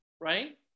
right